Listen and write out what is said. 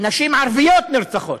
נשים ערביות נרצחות.